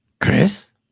chris